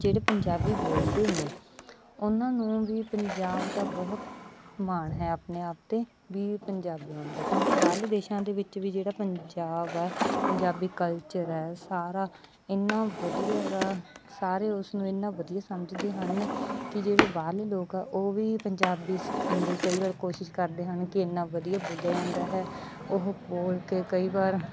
ਜਿਹੜੇ ਪੰਜਾਬੀ ਬੋਲਦੇ ਨੇ ਉਹਨਾਂ ਨੂੰ ਵੀ ਪੰਜਾਬ ਦਾ ਬਹੁਤ ਮਾਣ ਹੈ ਆਪਣੇ ਆਪ 'ਤੇ ਵੀ ਪੰਜਾਬੀ ਹੋਣ 'ਤੇ ਕਿਉਂਕਿ ਬਾਹਰਲੇ ਦੇਸ਼ਾਂ ਦੇ ਵਿੱਚ ਵੀ ਜਿਹੜਾ ਪੰਜਾਬ ਆ ਪੰਜਾਬੀ ਕਲਚਰ ਹੈ ਸਾਰਾ ਇੰਨਾ ਵਧੀਆ ਹੈਗਾ ਸਾਰੇ ਉਸਨੂੰ ਇੰਨਾ ਵਧੀਆ ਸਮਝਦੇ ਹਨ ਕਿ ਜਿਹੜੇ ਬਾਹਰਲੇ ਲੋਕ ਆ ਉਹ ਵੀ ਪੰਜਾਬੀ ਸਿੱਖਣ ਦੇ ਕਈ ਵਾਰ ਕੋਸ਼ਿਸ਼ ਕਰਦੇ ਹਨ ਕਿ ਇੰਨਾ ਵਧੀਆ ਬੋਲਿਆ ਜਾਂਦਾ ਹੈ ਉਹ ਬੋਲ ਕੇ ਕਈ ਵਾਰ